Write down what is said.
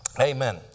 Amen